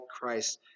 Christ